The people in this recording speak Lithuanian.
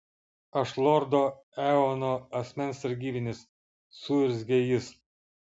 aš lordo eono asmens sargybinis suurzgė jis